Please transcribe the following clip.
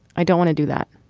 i don't want to do that.